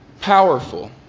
powerful